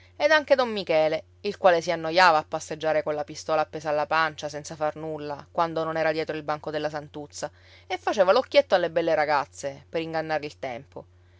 ed anche don michele il quale si annoiava a passeggiare colla pistola appesa alla pancia senza far nulla quando non era dietro il banco della santuzza e faceva l'occhietto alle belle ragazze per ingannare il tempo